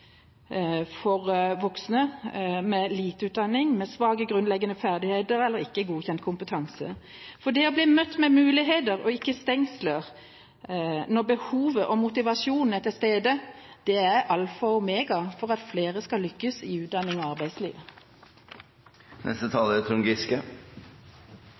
for voksne med lite utdanning, med svake grunnleggende ferdigheter eller ikke godkjent kompetanse. For det å bli møtt med muligheter og ikke stengsler når behovet og motivasjonen er til stede, er alfa og omega for at flere skal lykkes i utdanning og